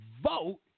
vote